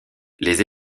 les